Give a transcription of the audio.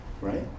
right